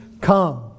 come